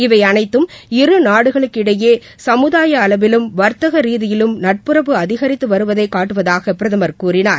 இவையனைத்தும் இரு நாடுகளுக்கிடையே சமுதாய அளவிலும் வர்த்தக ரீதியிலும் நட்புறவு அதிகரித்து வருவதை காட்டுவதாக பிரதமர் கூறினார்